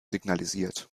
signalisiert